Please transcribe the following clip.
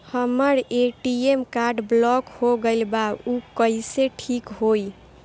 हमर ATM card block हो गईल बा ऊ कईसे ठिक होई?